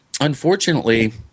unfortunately